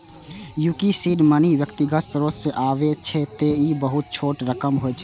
चूंकि seed money व्यक्तिगत स्रोत सं आबै छै, तें ई बहुत छोट रकम होइ छै